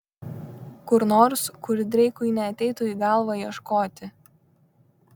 kur nors kur dreikui neateitų į galvą ieškoti